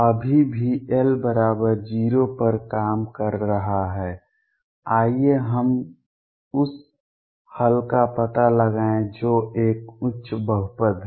अभी भी l 0 पर काम कर रहा है आइए हम उस हल का पता लगाएं जो एक उच्च बहुपद है